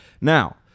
Now